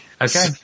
Okay